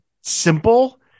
simple